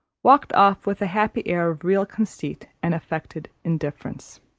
walked off with a happy air of real conceit and affected indifference.